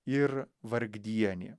ir vargdienė